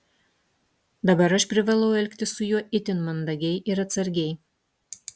dabar aš privalau elgtis su juo itin mandagiai ir atsargiai